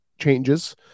changes